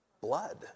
Blood